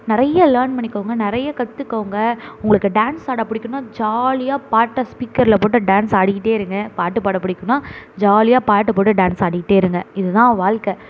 நிறைய லேர்ன் பண்ணிக்கோங்க நிறைய கற்றுக்கோங்க உங்களுக்கு டான்ஸ் ஆட புடிக்கும்ன்னா ஜாலியாக பாட்டை ஸ்பீக்கரில் போட்டு டான்ஸ் ஆடிக்கிட்டே இருங்கள் பாட்டு பாட புடிக்கும்ன்னா ஜாலியாக பாட்டை போட்டு டான்ஸ் ஆடிட்டே இருங்கள் இது தான் வாழ்க்க